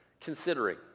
considering